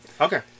Okay